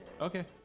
Okay